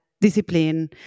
discipline